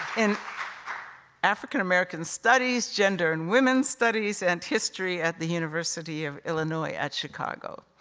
in african-american studies, gender and women's studies, and history at the university of illinois at chicago.